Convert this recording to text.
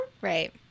right